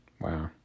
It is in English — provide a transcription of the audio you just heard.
Wow